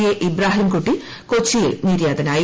A Ibrahim Kutty കൊച്ചിയിൽ നിര്യാതനായി